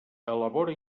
elabora